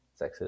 sexist